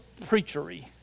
preachery